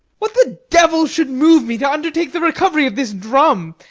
what the devil should move me to undertake the recovery of this drum,